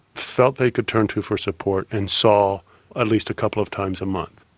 felt they could turn to for support and saw at least a couple of times a month.